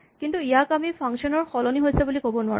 কিন্তু ইয়াক আমি ফাংচন ৰ সলনি হৈছে বুলি ক'ব নোৱাৰো